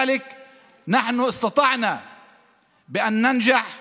עלה בידנו לנחול